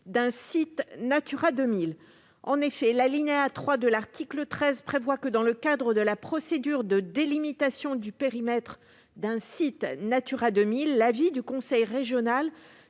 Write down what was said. d'un site Natura 2000. L'alinéa 3 de l'article 13 prévoit que, dans le cadre de la procédure de délimitation du périmètre d'un site Natura 2000, l'avis du conseil régional